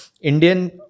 Indian